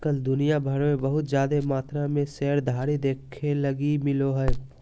आज कल दुनिया भर मे बहुत जादे मात्रा मे शेयरधारी देखे लगी मिलो हय